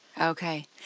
Okay